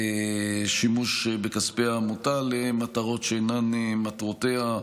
שימוש בכספי העמותה למטרות שאינן מטרותיה,